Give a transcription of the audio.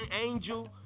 Angel